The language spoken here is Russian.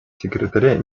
секретаря